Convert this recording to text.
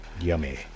Yummy